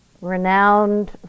renowned